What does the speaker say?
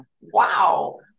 wow